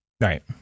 Right